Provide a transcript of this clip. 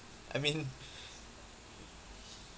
I mean